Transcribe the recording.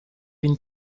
une